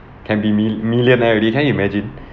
can be mil~ millionaire already can you imagine